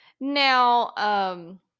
Now